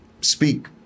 speak